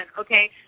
okay